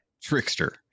Trickster